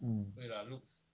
mm